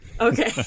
Okay